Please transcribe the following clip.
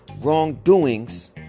wrongdoings